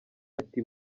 ati